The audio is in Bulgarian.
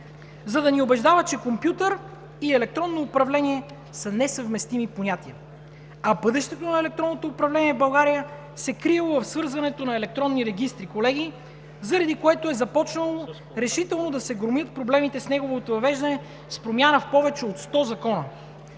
за да ни убеждава, че компютър и електронно управление са несъвместими понятия. А бъдещето на електронното управление в България се криело в свързването на електронни регистри, колеги, заради което е започнало решително да се громят проблемите с неговото въвеждане с промяна в повече от 100 закона.